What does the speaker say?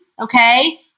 okay